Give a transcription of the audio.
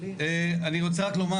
מירב בן ארי, יו"ר ועדת ביטחון פנים: מדהים.